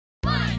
One